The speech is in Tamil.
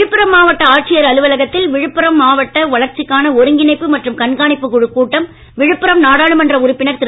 விழுப்புரம் மாவட்ட ஆட்சியர் அலுவலகத்தில் விழுப்புரம் மாவட்ட வளர்ச்சிக்கான ஒருங்கிணைப்பு மற்றும் கண்காணிப்பு குழுக் கூட்டம் விழுப்புரம் நாடாளுமன்ற உறுப்பினர் திரு